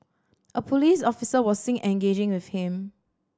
a police officer was seen engaging with him